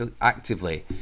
actively